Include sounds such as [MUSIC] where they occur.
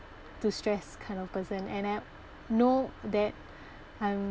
to stress kind of person and I know that [BREATH] I'm